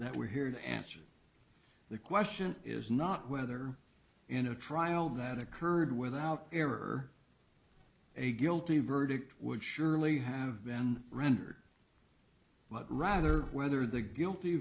that we're here to answer the question is not whether in a trial that occurred without ever a guilty verdict would surely have been rendered but rather whether the guilty